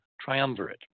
Triumvirate